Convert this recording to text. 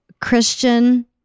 Christian